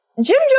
Jim